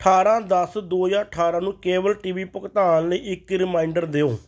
ਅਠਾਰਾਂ ਦਸ ਦੋ ਹਜ਼ਾਰ ਅਠਾਰਾਂ ਨੂੰ ਕੇਬਲ ਟੀ ਵੀ ਭੁਗਤਾਨ ਲਈ ਇੱਕ ਰੀਮਾਈਂਡਰ ਦਿਓ